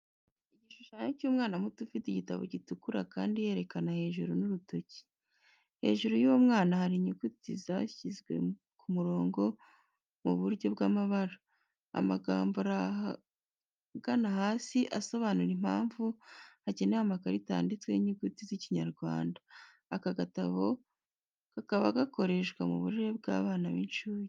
Igishushanyo cy'umwana muto ufite igitabo gitukura kandi yerekana hejuru n'urutoki. Hejuru y'uwo mwana hari inyuguti zashyizwe ku murongo mu buryo bw'amabara. Amagambo ari ahagana hasi asobanura impamvu hakenewe amakarita yanditseho inyuguti z'ikinyarwanda. Aka gatabo kakaba gakoreshwa mu burere bw'abana b'incuke.